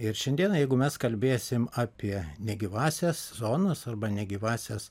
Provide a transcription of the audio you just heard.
ir šiandieną jeigu mes kalbėsim apie negyvąsias zonas arba negyvąsias